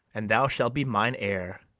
and thou shalt be mine heir.